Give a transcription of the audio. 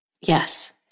Yes